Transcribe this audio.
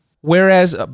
Whereas